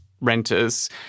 renters